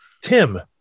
Tim